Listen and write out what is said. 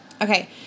okay